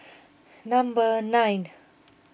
number nine